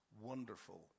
wonderful